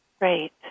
Right